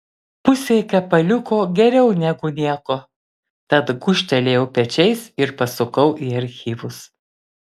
pusė kepaliuko geriau negu nieko tad gūžtelėjau pečiais ir pasukau į archyvus